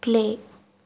play